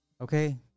Okay